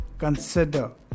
Consider